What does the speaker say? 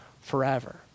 forever